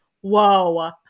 whoa